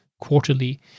quarterly